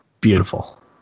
beautiful